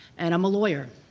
and i'm a lawyer,